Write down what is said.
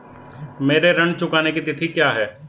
मेरे ऋण चुकाने की तिथि क्या है?